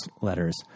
letters